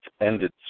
ended